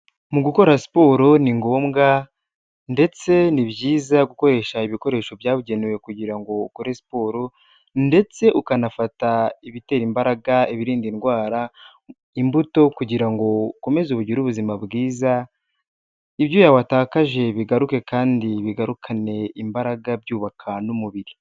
Mu gukora siporo ni ngombwa ndetse ni byiza gukoresha ibikoresho byabugenewe kugira ngo ukore siporo ndetse ukanafata ibitera imbaraga, ibirinda indwara, imbuto kugira ngo ukomeze ugire ubuzima bwiza, ibyuya watakaje bigaruke kandi bigarukane imbaraga, byubaka n'umubiri.